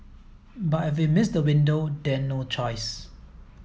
but if we miss the window then no choice